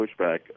pushback